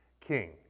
king